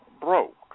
broke